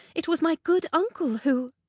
it was my good uncle who